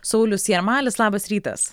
saulius jarmalis labas rytas